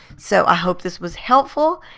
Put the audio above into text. so i hope this was helpful.